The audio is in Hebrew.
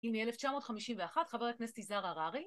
היא מ-1951 חבר הכנסת יזהר הררי